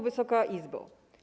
Wysoka Izbo!